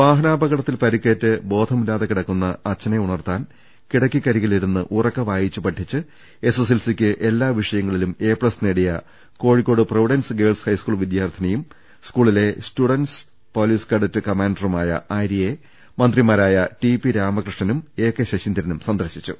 വാഹനാപകടത്തിൽ പരിക്കേറ്റ് ബോധമില്ലാതെ കിടക്കുന്ന അച്ഛനെ ഉണർത്താൻ കിടക്കക്കരികിലിരുന്നു ഉറക്കെ വായിച്ച് പഠിച്ച് എസ്എസ്എൽസിക്ക് എല്ലാ വിഷയങ്ങളിലും എ പ്ലസ് നേടിയ കോഴിക്കോട് പ്രോവിഡൻസ് ഗേൾസ് ഹൈസ്കൂൾ വിദ്യാർത്ഥിനിയും സ്കൂളിലെ സ്റ്റുഡൻസ് പോലീസ് കാഡറ്റ് കമാന്റുമായ ആര്യയെ മന്ത്രിമാരായ ടി പി രാമകൃഷ്ണനും എകെ ശശീന്ദ്രനും സന്ദർശിച്ചു